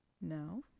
No